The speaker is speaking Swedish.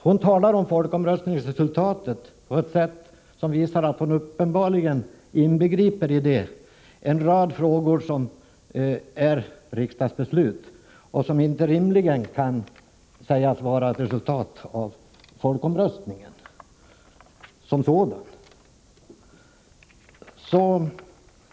Hon talade nämligen om folkomröstningsresultatet på ett sätt som visar att hon i detta uppenbarligen inbegriper en rad frågor som gäller riksdagsbeslut och som rimligen inte kan sägas ha samband med folkomröstningen som sådan.